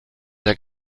der